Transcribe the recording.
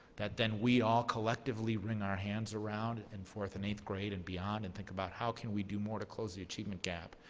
that then we all collectively wring our hands around in fourth and eighth grade and beyond and think about how can we do more to close the achievement gap?